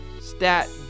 stat